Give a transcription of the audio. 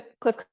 Cliff